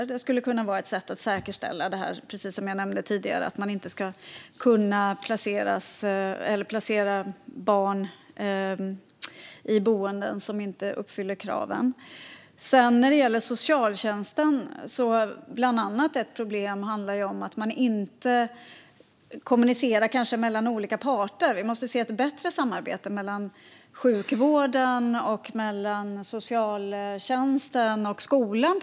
Det skulle som sagt kunna vara ett sätt att säkerställa att man inte kan placera barn i boenden som inte uppfyller kraven. När det gäller socialtjänsten handlar ett problem om att olika parter inte kommunicerar. Det måste finnas ett bättre samarbete mellan till exempel sjukvården, socialtjänsten och skolan.